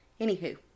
Anywho